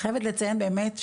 אני חייבת לציין באמת,